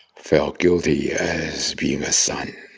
felt guilty as being a son.